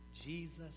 Jesus